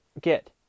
get